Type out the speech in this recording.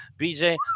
BJ